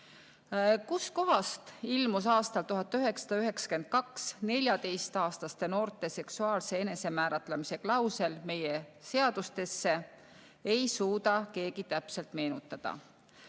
kust kohast ilmus 1992. aastal 14‑aastaste noorte seksuaalse enesemääratlemise klausel meie seadustesse, ei suuda keegi täpselt meenutada.